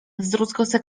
zdruzgoce